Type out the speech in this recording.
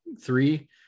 three